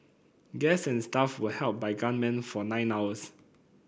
guest and staff were held by gunmen for nine hours